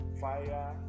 Fire